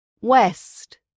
West